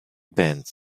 bench